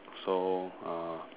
so uh